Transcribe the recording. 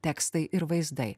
tekstai ir vaizdai